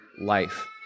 life